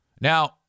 Now